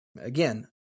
again